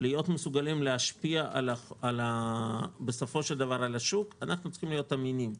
להיות מסוגלים להשפיע על השוק אנחנו צריכים להיות אמינים.